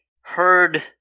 heard